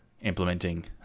implementing